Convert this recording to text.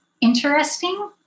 interesting